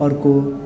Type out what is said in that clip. अर्को